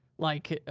like,